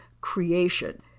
creation